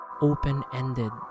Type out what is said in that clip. Open-ended